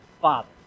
father